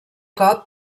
cop